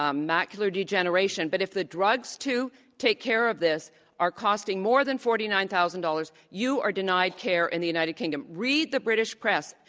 um macular degeneration, but if the drugs to take care of this are costing more than forty nine thousand dollars, you are denied care in the united kingdom. read the british press,